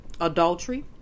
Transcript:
adultery